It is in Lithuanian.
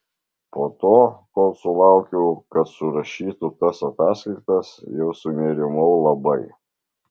po to kol sulaukiau kad surašytų tas ataskaitas jau sunerimau labai